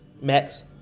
Max –